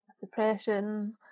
depression